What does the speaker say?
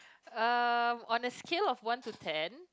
uh on the scale of one to ten